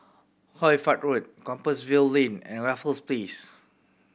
Hoy Fatt Road Compassvale Lane and Raffles Place